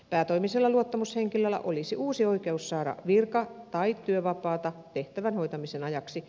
päätoimisella luottamushenkilöllä olisi uusi oikeus saada virka tai työvapaata tehtävän hoitamisen ajaksi